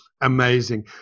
amazing